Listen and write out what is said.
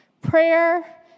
Prayer